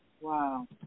Wow